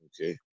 Okay